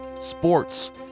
sports